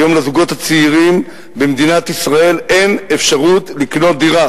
היום לזוגות צעירים במדינת ישראל אין אפשרות לקנות דירה.